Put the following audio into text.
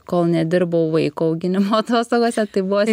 kol nedirbau vaiko auginimo atostogose tai buvo